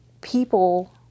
people